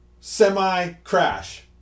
semi-crash